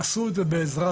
עשו את זה בעזרת